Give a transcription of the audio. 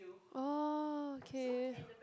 oh okay